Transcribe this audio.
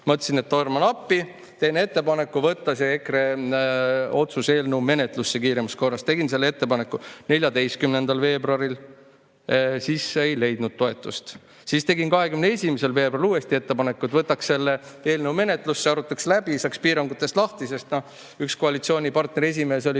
Ma mõtlesin, et torman appi, teen ettepaneku võtta see EKRE otsuse eelnõu menetlusse kiiremas korras, tegin selle ettepaneku 14. veebruaril. Siis see ei leidnud toetust. Tegin 21. veebruaril uuesti ettepaneku, et võtaks selle eelnõu menetlusse, arutaks läbi, saaks piirangutest lahti, sest üks koalitsioonipartneri esimees oli